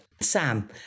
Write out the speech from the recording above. Sam